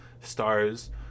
stars